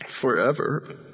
forever